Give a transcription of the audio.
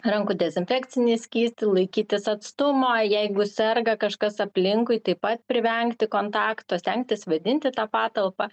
rankų dezinfekcinį skystį laikytis atstumo jeigu serga kažkas aplinkui taip pat privengti kontakto stengtis vėdinti tą patalpą